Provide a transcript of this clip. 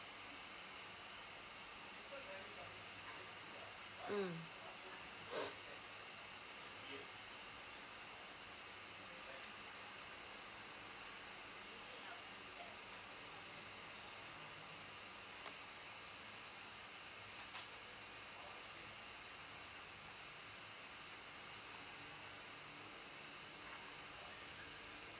mm